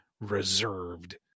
reserved